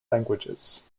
languages